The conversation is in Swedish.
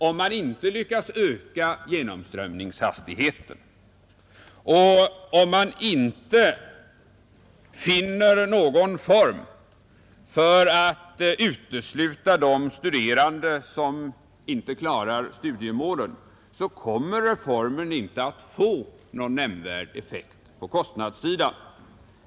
Om man inte lyckas öka genomströmningshastigheten och om man inte finner någon form för att utesluta de studerande som inte klarar studiemålen kommer reformen inte att få någon nämnvärd effekt på kostnadssidan.